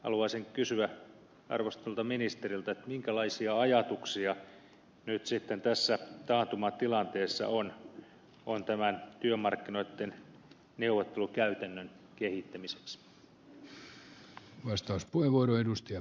haluaisin kysyä arvostetulta ministeriltä minkälaisia ajatuksia tässä taantumatilanteessa on työmarkkinoitten neuvottelukäytännön kehittämiseksi